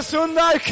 Sundar